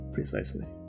Precisely